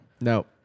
No